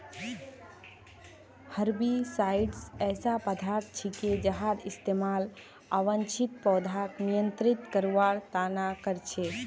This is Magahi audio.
हर्बिसाइड्स ऐसा पदार्थ छिके जहार इस्तमाल अवांछित पौधाक नियंत्रित करवार त न कर छेक